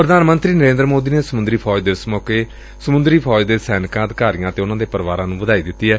ਪ੍ਰਧਾਨ ਮੰਤਰੀ ਨਰੇ'ਦਰ ਮੋਦੀ ਨੇ ਸਮੰਦਰੀ ਫੌਜ ਦਿਵਸ ਮੌਕੇ ਸਮੰਦਰੀ ਫੌਜ ਦੇ ਸੈਨਿਕਾਂ ਅਧਿਕਾਰੀਆਂ ਅਤੇ ਉਨਾਂ ਦੇ ਪਰਿਵਾਰਾਂ ਨੂੰ ਵਧਾਈ ਦਿੱਤੀ ਏ